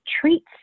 treats